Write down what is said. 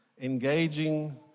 engaging